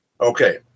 Okay